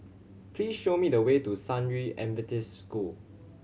please show me the way to San Yu Adventist School